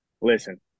Listen